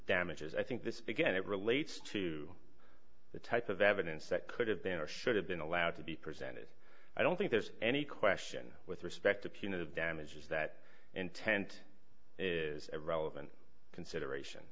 damages i think this is again it relates to the type of evidence that could have been or should have been allowed to be presented i don't think there's any question with respect to punitive damages that intent is a relevant consideration